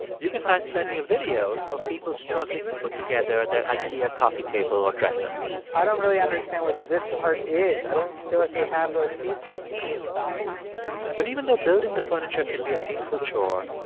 you can find plenty of videos of people struggling to put together their ikea coffee table or dresser i don't really understand what this part is. i don't feel like we have those pieces. we thought we did but even though building the furniture can be a painful chore,